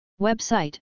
Website